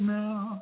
now